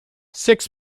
six